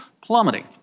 plummeting